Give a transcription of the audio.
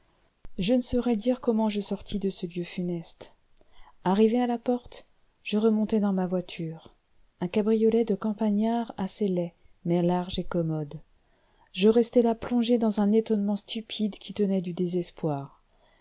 je ne saurais dire comment je sortis de ce lieu funeste arrivé à la porte je remontai dans ma voiture un cabriolet de campagnard assez laid mais large et commode je restais là plongé dans un étonnement stupide qui tenait du désespoir